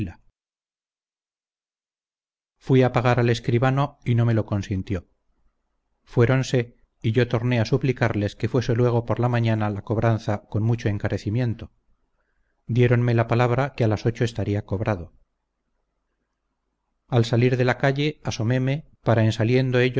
fui a pagar al escribano y no me lo consintió fueronse y yo torné a suplicarles que fuese luego por la mañana la cobranza con mucho encarecimiento diéronme la palabra que a las ocho estaría cobrado al salir de la calle asoméme para en saliendo